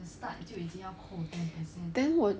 then 我